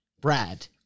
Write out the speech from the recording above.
Brad